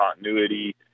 continuity